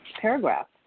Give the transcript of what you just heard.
paragraph